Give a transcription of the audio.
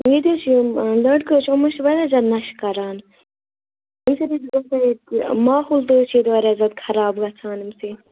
ییٚتہِ حظ چھِ یِم لَڑکہٕ حظ چھِ یِم حظ چھِ واریاہ زیادٕ نَشہٕ کران ماحول تہِ حظ چھِ ییٚتہِ واریاہ زیادٕ خراب گژھان اَمہِ سۭتۍ